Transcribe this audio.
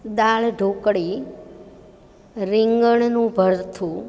દાળ ઢોકળી રીંગણનું ભળથુ